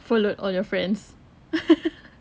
followed all your friends